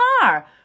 car